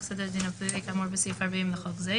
סדר הדין הפלילי כאמור בסעיף 40 לחוק זה,